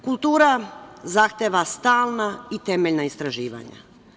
Kultura zahteva stalna i temeljna istraživanja.